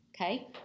Okay